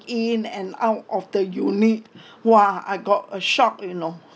in and out of the unit !wah! I got a shock you know